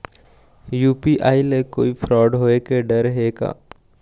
UPI ले कोई fraud होए के डर हे का?